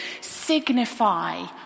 signify